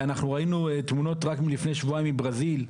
אנחנו ראינו תמונות רק מלפני שבועיים מברזיל,